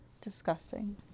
Disgusting